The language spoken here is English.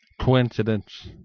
Coincidence